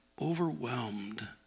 overwhelmed